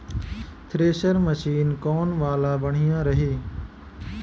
Thresher machine कौन वाला बढ़िया रही?